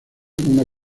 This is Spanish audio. una